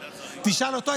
תשאל אותו,